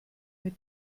mit